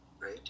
right